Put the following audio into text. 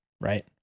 Right